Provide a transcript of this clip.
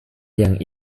yang